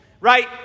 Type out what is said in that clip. right